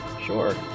Sure